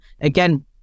again